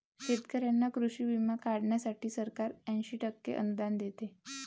शेतकऱ्यांना कृषी विमा काढण्यासाठी सरकार ऐंशी टक्के अनुदान देते